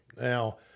Now